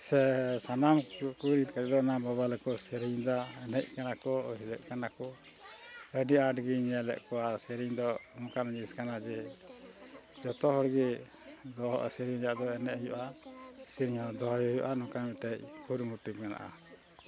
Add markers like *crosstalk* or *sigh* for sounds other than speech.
ᱥᱮ ᱥᱟᱱᱟᱢ ᱠᱩᱲᱤ *unintelligible* ᱫᱚ ᱚᱱᱟ ᱵᱟᱵᱟᱞᱳ ᱠᱚ ᱥᱮᱨᱮᱧᱫᱟ ᱮᱱᱮᱡ ᱠᱟᱱᱟ ᱠᱚ ᱦᱤᱞᱟᱹᱜ ᱠᱟᱱᱟ ᱠᱚ ᱟᱹᱰᱤ ᱟᱸᱴ ᱜᱮ ᱧᱮᱞᱮᱫ ᱠᱚᱣᱟ ᱥᱮᱨᱮᱧ ᱫᱚ ᱚᱱᱠᱟᱱ ᱡᱤᱱᱤᱥ ᱠᱟᱱᱟ ᱡᱮ ᱡᱚᱛᱚ ᱦᱚᱲ ᱜᱮ ᱫᱚᱦᱚ ᱥᱮᱨᱮᱧ ᱨᱮᱭᱟᱜ ᱟᱵᱟᱨ ᱮᱱᱮᱡ ᱦᱩᱭᱩᱜᱼᱟ ᱥᱮᱨᱮᱧ ᱦᱚᱸ ᱫᱚᱦᱚᱭ ᱦᱩᱭᱩᱜᱼᱟ ᱱᱚᱝᱠᱟ ᱢᱤᱫᱴᱮᱱ ᱠᱩᱨᱩᱢᱩᱴᱩ ᱢᱮᱱᱟᱜᱼᱟ